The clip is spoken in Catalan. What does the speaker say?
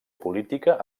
política